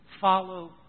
Follow